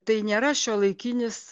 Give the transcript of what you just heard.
tai nėra šiuolaikinis